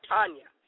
Tanya